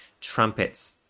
trumpets